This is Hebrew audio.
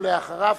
ואחריו,